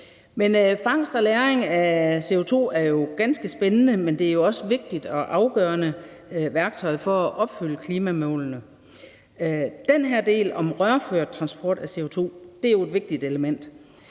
Fangst og lagring af CO2 er jo ganske spændende, men det er også et vigtigt og afgørende værktøj for at opfylde klimamålene. Den her del om rørført transport af CO2 er et vigtigt element.